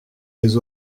les